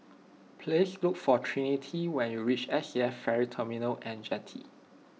please look for Trinity when you reach Saf Ferry Terminal and Jetty